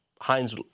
Heinz